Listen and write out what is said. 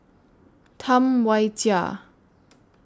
Tam Wai Jia